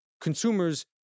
consumers